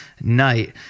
night